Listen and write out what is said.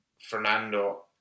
Fernando